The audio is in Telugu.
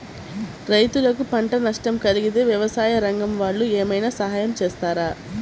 రైతులకు పంట నష్టం కలిగితే వ్యవసాయ రంగం వాళ్ళు ఏమైనా సహాయం చేస్తారా?